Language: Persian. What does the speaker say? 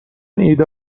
ایده